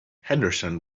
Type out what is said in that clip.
henderson